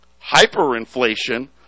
Hyperinflation